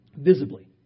Visibly